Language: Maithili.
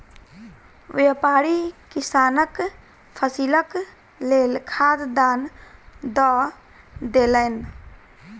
व्यापारी किसानक फसीलक लेल खाद दान दअ देलैन